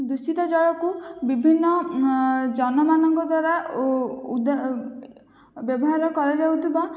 ଦୂଷିତ ଜଳକୁ ବିଭିନ୍ନ ଜନମାନଙ୍କ ଦ୍ଵାରା ବ୍ୟବହାର କରାଯାଉଥିବା